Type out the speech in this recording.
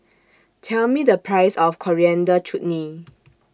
Tell Me The Price of Coriander Chutney